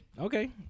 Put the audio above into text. Okay